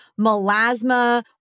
melasma